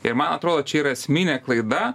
ir man atrodo čia yra esminė klaida